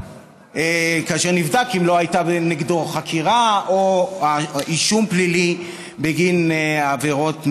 לאחר בדיקה אם לא היו נגדו חקירה או אישום פלילי בגין עבירות מין.